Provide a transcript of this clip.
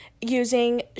using